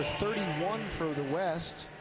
thirty one for the west.